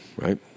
Right